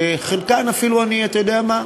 שחלקן אפילו אני, אתה יודע מה,